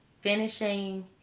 finishing